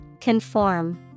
Conform